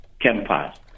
campus